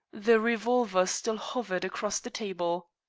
the revolver still hovered across the table.